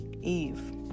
Eve